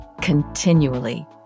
continually